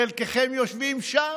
חלקכם יושבים שם.